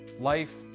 life